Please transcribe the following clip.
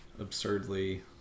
absurdly